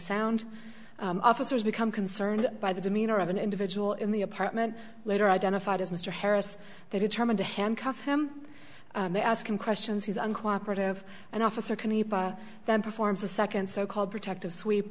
sound officers become concerned by the demeanor of an individual in the apartment later identified as mr harris they determine to handcuff him they ask him questions he's uncooperative and officer can he then performs a second so called protective sweep